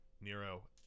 Nero